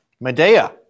Medea